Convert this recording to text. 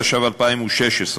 התשע"ו 2016,